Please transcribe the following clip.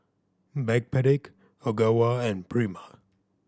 Backpedic Ogawa and Prima